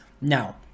Now